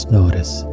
notice